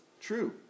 true